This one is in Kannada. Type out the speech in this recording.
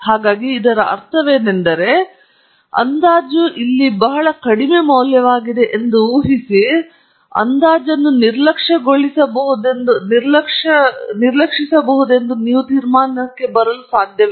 ಹಾಗಾಗಿ ಇದರ ಅರ್ಥವೇನೆಂದರೆ ಅಂದಾಜು ಇಲ್ಲಿ ಬಹಳ ಕಡಿಮೆ ಮೌಲ್ಯವಾಗಿದೆ ಎಂದು ಊಹಿಸಿ ಅಂದಾಜು ನಿರ್ಲಕ್ಷ್ಯಗೊಳ್ಳಬಹುದೆಂದು ನೀವು ತೀರ್ಮಾನಕ್ಕೆ ಬರಲು ಸಾಧ್ಯವಿಲ್ಲ